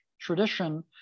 tradition